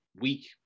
week –